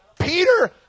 Peter